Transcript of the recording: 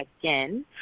again